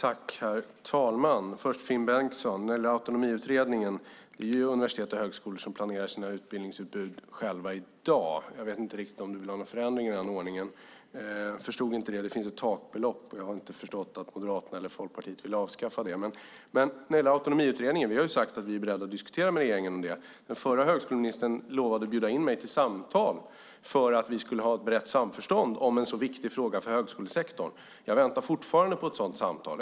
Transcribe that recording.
Herr talman! Till Finn Bengtsson vill jag säga när det gäller Autonomiutredningen att universitet och högskolor själva planerar sina utbildningsutbud i dag. Jag vet inte om du vill ha en förändring i den ordningen; jag förstod inte det. Det finns ett takbelopp, och jag har inte förstått att Moderaterna eller Folkpartiet vill avskaffa det. Vad beträffar Autonomiutredningen har vi sagt att vi är beredda att diskutera med regeringen. Förre högskoleministern lovade att bjuda in mig till samtal för att vi skulle ha ett brett samförstånd i en sådan viktig fråga för högskolesektorn. Jag väntar fortfarande på ett sådant samtal.